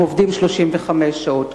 הם עובדים 35 שעות,